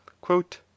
quote